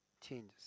changes